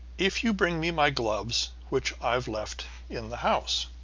if you bring me my gloves which i've left in the house.